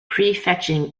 prefetching